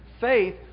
faith